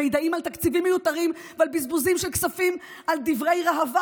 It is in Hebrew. מידעים על תקציבים מיותרים ועל בזבוזים של כספים על דברי ראווה,